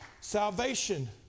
Salvation